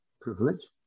privilege